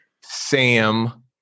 Sam